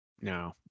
no